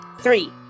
three